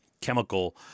chemical